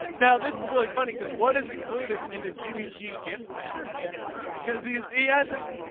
but now this is really funny because what is included in a jimmy g gift basket because he's he has it.